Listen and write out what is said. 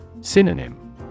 Synonym